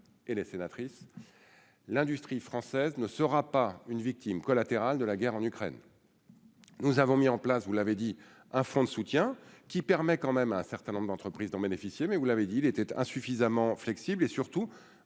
et les sénatrices l'industrie française ne sera pas une victime collatérale de la guerre en Ukraine, nous avons mis en place, vous l'avez dit, un fonds de soutien qui permet quand même un certain nombre d'entreprises, d'en bénéficier, mais vous l'avez dit-il, était insuffisamment flexible et surtout